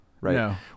right